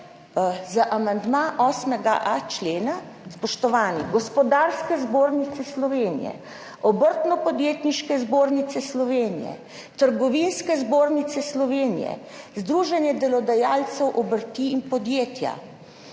za amandma 8.a člena Gospodarske zbornice Slovenije, Obrtno-podjetniške zbornice Slovenije, Trgovinske zbornice Slovenije, Združenja delodajalcev obrti in podjetnikov